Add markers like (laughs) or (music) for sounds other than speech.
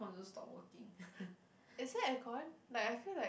also stop working (laughs)